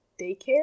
Daycare